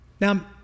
Now